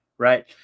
Right